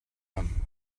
him